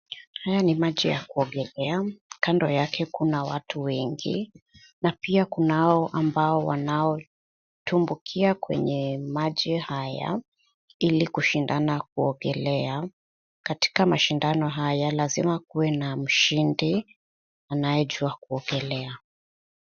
Haya ni maji ya kuogelea. Kando yake kuna watu wengi na pia kunao ambao wanaotumbukia kwenye maji haya ili kushindana kuogelea. Katika mashindano haya lazima kuwe na mshindi anayejua kuogelea.